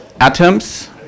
atoms